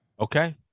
Okay